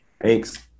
thanks